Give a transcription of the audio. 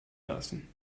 lassen